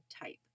type